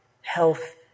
health